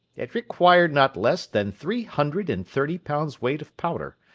it required not less than three hundred and thirty pounds' weight of powder,